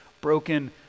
broken